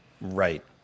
Right